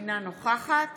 אינה נוכחת